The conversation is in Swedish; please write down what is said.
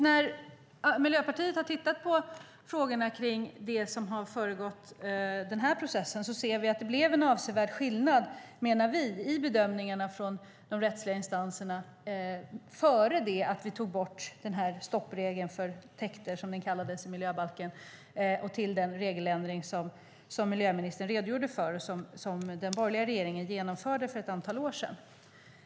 När Miljöpartiet har tittat på det som har förekommit i denna process har vi sett att det är en avsevärd skillnad, menar vi, i bedömningarna från de rättsliga instanserna innan vi tog bort stoppregeln för täkter, som den kallades i miljöbalken, och efter den regeländring som miljöministern redogjorde för som den borgerliga regeringen genomförde för ett antal år sedan.